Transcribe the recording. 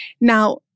Now